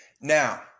Now